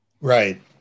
Right